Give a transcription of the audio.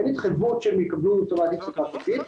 אין התחייבות שהם יקבלו --- ספק יחיד,